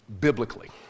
biblically